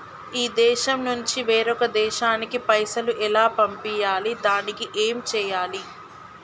ఈ దేశం నుంచి వేరొక దేశానికి పైసలు ఎలా పంపియ్యాలి? దానికి ఏం చేయాలి?